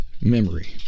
memory